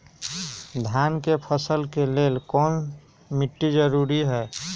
धान के फसल के लेल कौन मिट्टी जरूरी है?